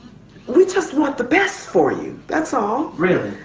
we just want the best for you, that's all. really?